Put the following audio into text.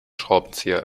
schraubenzieher